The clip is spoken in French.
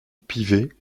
pivet